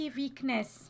weakness